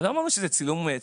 אבל לא אמרנו שזה צילום מצב?